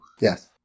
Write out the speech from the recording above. Yes